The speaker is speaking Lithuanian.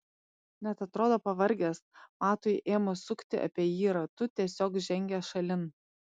net atrodo pavargęs matui ėmus sukti apie jį ratu tiesiog žengia šalin